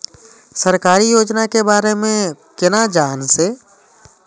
सरकारी योजना के बारे में केना जान से?